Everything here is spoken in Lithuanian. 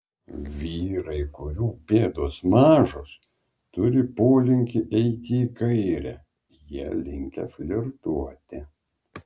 vyrai kurių pėdos mažos turi polinkį eiti į kairę jie linkę flirtuoti